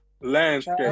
Landscape